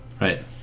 Right